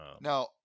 Now